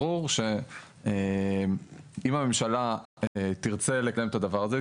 ברור שאם הממשלה תרצה לקדם את הדבר הזה,